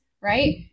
right